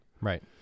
right